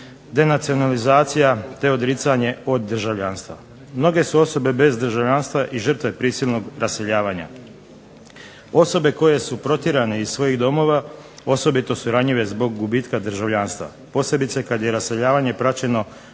denacionalizacija te odricanje od državljanstva. Mnoge su osobe bez državljanstva i žrtve prisilnog raseljavanja. Osobe koje su protjerane iz svojih domova osobito su ranjive zbog gubitka državljanstva, posebice kad je raseljavanje praćeno